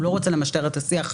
הוא לא רוצה למשטר את השיח,